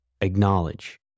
acknowledge